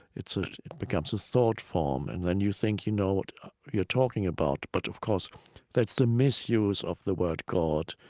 ah it becomes a thought form. and then you think you know what you're talking about. but of course that's the misuse of the word god.